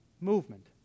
movement